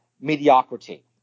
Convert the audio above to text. mediocrity